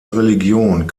religion